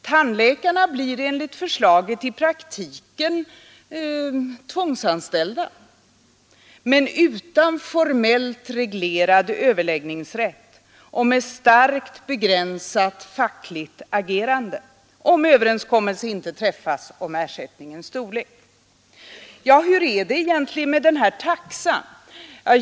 Tandläkarna blir enligt förslaget i praktiken tvångsanställda, men utan formellt reglerad överläggningsrätt och med starkt begränsat fackligt agerande, om överenskommelse inte träffas om ersättningens storlek. Hur är det egentligen med den här taxan?